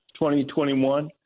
2021